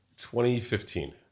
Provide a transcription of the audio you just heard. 2015